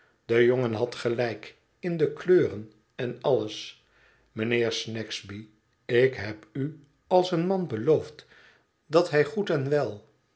de jongen had gelijk in de kleuren en alles mijnheer snagsby ik heb u als een man beloofd dat hij goed en wel